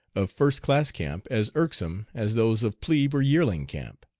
of first-class camp as irksome as those of plebe or yearling camp.